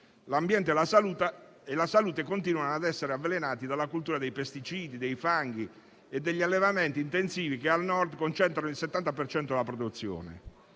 L'ambiente e la salute continuano ad essere avvelenati dalla cultura dei pesticidi, dei fanghi e degli allevamenti intensivi, che al Nord concentrano il 70 per cento della produzione.